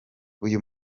uyu